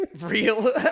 Real